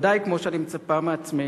בוודאי כמו שאני מצפה מעצמי,